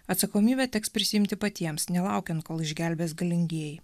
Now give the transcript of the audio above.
atsakomybę teks prisiimti patiems nelaukiant kol išgelbės galingieji